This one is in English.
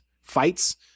fights